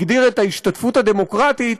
הגדיר את ההשתתפות הדמוקרטית